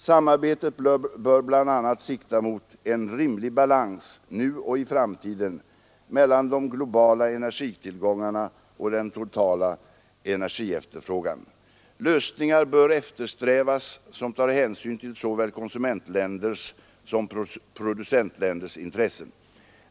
Samarbetet bör bl.a. sikta mot en rimlig balans nu och i framtiden mellan de globala energitillgångarna och den totala energiefterfrågan. Lösningar bör eftersträvas som tar hänsyn till såväl konsumentländers som producentländers intressen.